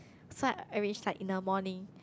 so I arrange like in the morning